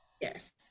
yes